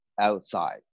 outside